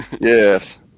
Yes